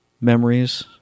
memories